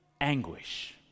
anguish